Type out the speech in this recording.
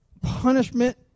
punishment